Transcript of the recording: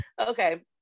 Okay